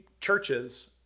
churches